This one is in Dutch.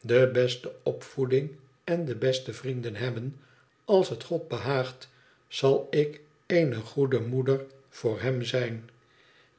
de beste opvoeding en de beste vrienden hebben als het god behaagt zal ik eene goede moeder voor hem zijn